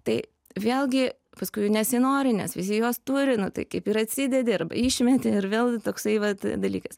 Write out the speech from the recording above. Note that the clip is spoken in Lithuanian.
tai vėlgi paskui jų nesinori nes visi juos turi na tai kaip ir atsidedi arba išmeti ir vėl toksai vat dalykas